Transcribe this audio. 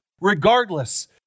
regardless